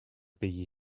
payer